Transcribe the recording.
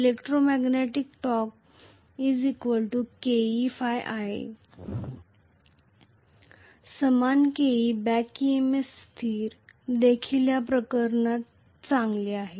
electromagnetic torque KeIa समान Ke back EMF स्थिर देखील या प्रकरणात चांगले आहे